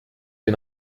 sie